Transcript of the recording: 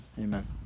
amen